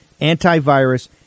antivirus